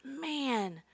man